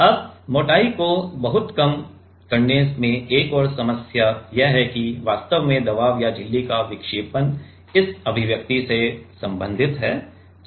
संवेदनशीलता पर ऊपरी सीमा अब मोटाई को बहुत कम करने में एक और समस्या यह है कि वास्तव में दबाव और झिल्ली का विक्षेपण इस अभिव्यक्ति से संबंधित है